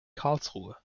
karlsruhe